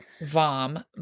vom